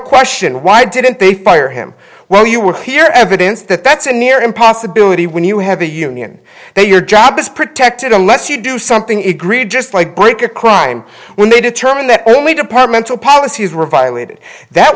question why didn't they fire him while you were clear evidence that that's a near impossibility when you have a union and your job is protected unless you do something egregious like break a crime when they determine that only departmental policies were violated that